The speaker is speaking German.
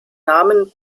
namen